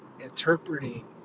interpreting